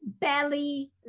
belly